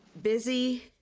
busy